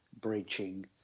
breaching